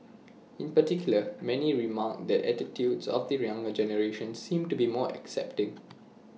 in particular many remarked that attitudes of the younger generation seem to be more accepting